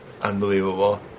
Unbelievable